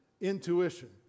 intuition